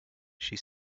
she